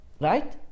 Right